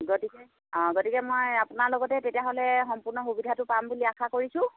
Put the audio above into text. গতিকে অঁ গতিকে মই আপোনাৰ লগতে তেতিয়াহ'লে সম্পূৰ্ণ সুবিধাটো পাম বুলি আশা কৰিছোঁ